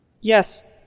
Yes